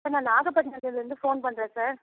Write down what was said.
sir நான் நாகப்பட்டிணத்துலருந்து phone பண்ணுறேன் சார்